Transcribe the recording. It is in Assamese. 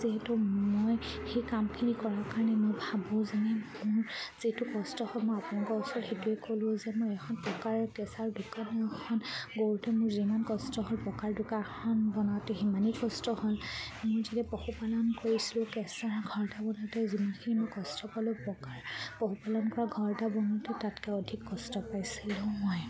যিহেতু মই সেই কামখিনি কৰাৰ কাৰণে মই ভাবোঁ যেনে মোৰ যিটো কষ্ট হ'ল মই আপোনালোকৰ ওচৰত সেইটোৱে ক'লোঁ যে মই এখন পকাৰ কেঁচাৰ দোকান এখন কৰোঁতে মোৰ যিমান কষ্ট হ'ল পকাৰ দোকানখন বনাওঁতে সিমানেই কষ্ট হ'ল মই যেতিয়া পশুপালন কৰিছিলোঁ কেঁচাৰ ঘৰ এটা বনাওঁতে যিমানখিনি মই কষ্ট পালোঁ পকাৰ পশুপালন কৰা ঘৰ এটা বনাওঁতে তাতকৈ অধিক কষ্ট পাইছিলোঁ মই